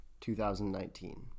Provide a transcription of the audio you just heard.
2019